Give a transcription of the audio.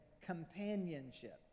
companionship